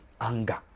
anger